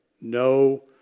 No